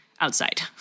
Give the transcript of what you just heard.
outside